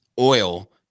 oil